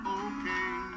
okay